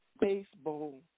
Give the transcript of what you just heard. baseball